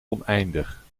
oneindig